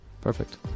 Perfect